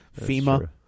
FEMA